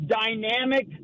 dynamic